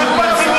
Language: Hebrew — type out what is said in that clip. חבר הכנסת